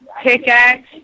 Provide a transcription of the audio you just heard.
pickaxe